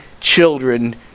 children